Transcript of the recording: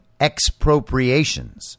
expropriations